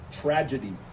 tragedy